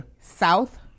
South